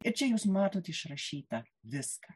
ir čia jūs matot išrašytą viską